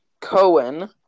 Cohen